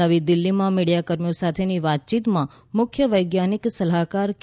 નવી દિલ્ફીમાં મીડિયા કર્મીઓ સાથેની વાતચીતમાં મુખ્ય વૈજ્ઞાનિક સલાહકાર કે